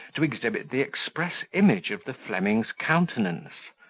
to exhibit the express image of the fleming's countenance.